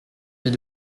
vis